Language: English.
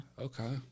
Okay